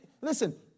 Listen